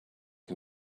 can